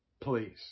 please